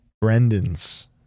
Brendan's